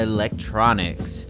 Electronics